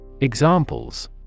Examples